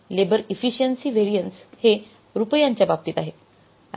labour efficiency variance हे रुपयांच्या बाबतीत आहे